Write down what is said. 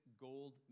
gold